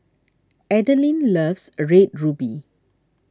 Adelyn loves a Red Ruby